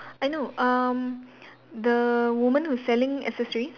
I know um the woman who's selling accessories